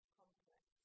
complex